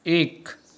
एक